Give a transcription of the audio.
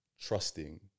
trusting